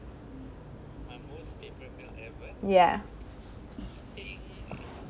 ya